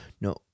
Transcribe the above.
No